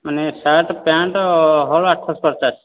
ମାନେ shirt pant ହଳ ଆଠଶହ ପଚାଶ